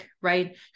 right